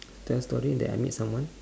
tell story that I met someone